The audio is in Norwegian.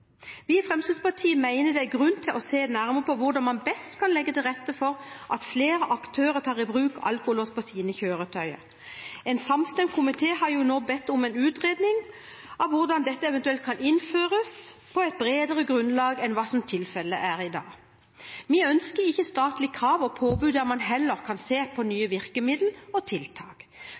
Vi i Fremskrittspartiet mener det er grunn til å se nærmere på hvordan man best kan legge til rette for at flere aktører tar i bruk alkolås på sine kjøretøy. En samstemt komité har jo nå bedt om en utredning av hvordan dette eventuelt kan innføres på et bredere grunnlag enn hva tilfellet er i dag. Vi ønsker ikke statlige krav og påbud der man heller kan se på nye virkemidler og tiltak.